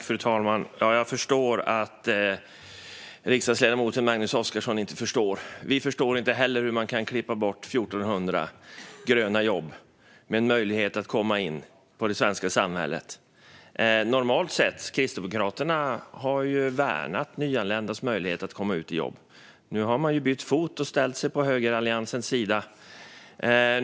Fru talman! Jag förstår att riksdagsledamoten Magnus Oscarsson inte förstår. Vi förstår inte heller hur man kan klippa bort 1 400 gröna jobb med en möjlighet att komma in i det svenska samhället. Normalt sett har Kristdemokraterna värnat nyanländas möjlighet att komma ut i jobb. Man har nu bytt fot och ställt sig på högeralliansens sida.